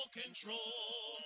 control